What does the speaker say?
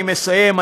אני מסיים,